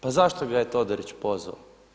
Pa zašto ga je Todorić pozvao?